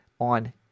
on